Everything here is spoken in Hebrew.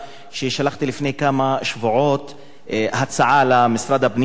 ששלחתי לפני כמה שבועות הצעה למשרד הפנים ולכמה